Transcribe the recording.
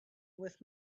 with